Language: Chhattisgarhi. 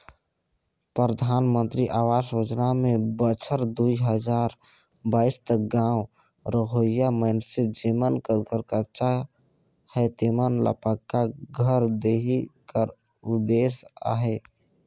परधानमंतरी अवास योजना में बछर दुई हजार बाइस तक गाँव रहोइया मइनसे जेमन कर घर कच्चा हे तेमन ल पक्का घर देहे कर उदेस अहे